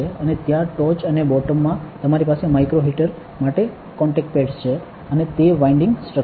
અને ત્યાં ટોચ અને બોટોમ મા તમારી પાસે માઇક્રો હીટર માટે કોન્ટેક્ટ પેડ્સ છે અને તે વાઈન્ડિંગ સ્ટ્રક્ચર છે